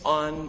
on